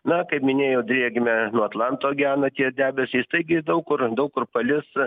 na kaip minėjau drėgmę nuo atlanto gena tie debesys taigi daug kur daug kur palis